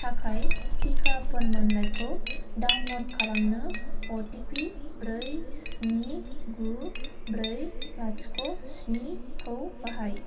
थाखाय टिका फोरमानलाइखौ डाउनल'ड खालामनो अ टि पि ब्रै स्नि गु ब्रै लाथिख' स्नि खौ बाहाय